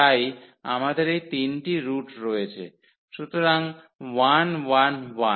তাই আমাদের এই 3 টি রুট রয়েছে সুতরাং 1 1 1